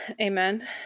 Amen